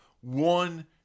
One